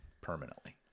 permanently